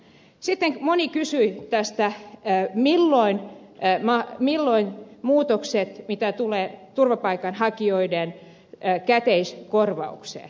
sitten moni kysyi siitä milloin muutokset tulevat turvapaikanhakijoiden käteiskorvaukseen